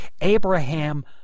Abraham